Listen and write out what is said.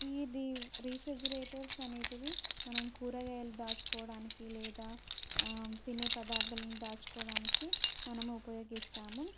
ఈ డి రీఫ్రిజిరేటర్స్ అనేవి మనం కూరగాయలు దాచుకోవడానికి లేదా తినే పదార్థాలను దాచుకోవడానికి మనము ఉపయోగిస్తాము